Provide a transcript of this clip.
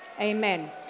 Amen